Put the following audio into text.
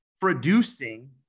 producing